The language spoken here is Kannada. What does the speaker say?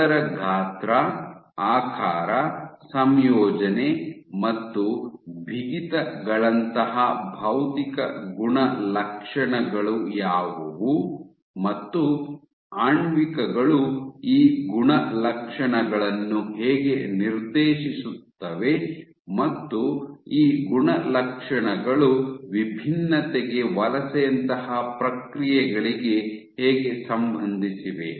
ಅದರ ಗಾತ್ರ ಆಕಾರ ಸಂಯೋಜನೆ ಮತ್ತು ಬಿಗಿತಗಳಂತಹ ಭೌತಿಕ ಗುಣಲಕ್ಷಣಗಳು ಯಾವುವು ಮತ್ತು ಆಣ್ವಿಕಗಳು ಈ ಗುಣಲಕ್ಷಣಗಳನ್ನು ಹೇಗೆ ನಿರ್ದೇಶಿಸುತ್ತವೆ ಮತ್ತು ಈ ಗುಣಲಕ್ಷಣಗಳು ವಿಭಿನ್ನತೆಗೆ ವಲಸೆಯಂತಹ ಪ್ರಕ್ರಿಯೆಗಳಿಗೆ ಹೇಗೆ ಸಂಬಂಧಿಸಿವೆ